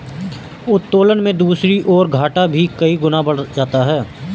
उत्तोलन में दूसरी ओर, घाटा भी कई गुना बढ़ जाता है